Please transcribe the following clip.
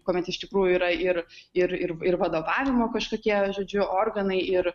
kuomet iš tikrųjų yra ir ir ir ir vadovavimo kažkokie žodžiu organai ir